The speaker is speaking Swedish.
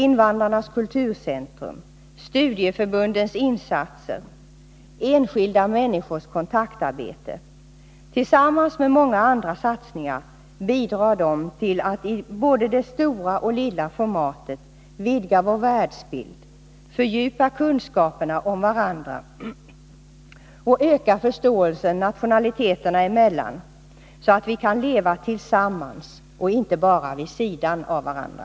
Invandrarnas kulturcentrum, studieförbundens insatser, enskilda människors kontaktarbete — bidrar tillsammans med många andra satsningar till att i både det stora och det lilla formatet vidga vår världsbild, fördjupa kunskaperna om varandra och öka förståelsen nationaliteterna emellan, så att vi kan leva tillsammans och inte bara vid sidan av varandra.